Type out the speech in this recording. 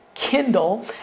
Kindle